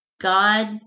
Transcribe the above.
God